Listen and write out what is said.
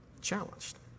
challenged